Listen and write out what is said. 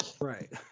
Right